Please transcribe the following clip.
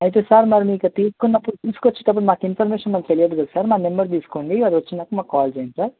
అయితే సార్ మరి మీకు తీసుకున్నప్పుడు తీసుకోచ్చేటప్పుడు మాకు ఇన్ఫర్మేషన్ అది తెలియదు కదా సార్ మా నెంబర్ తీసుకోండి అది వచ్చినాక మాకు కాల్ చేయండి సార్